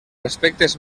aspectes